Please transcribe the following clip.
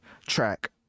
track